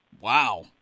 Wow